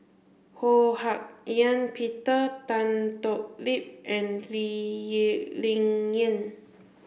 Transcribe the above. Ho Hak Ean Peter Tan Thoon Lip and Lee Ling Yen